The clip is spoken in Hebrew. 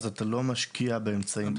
אתה לא משקיע באמצעים,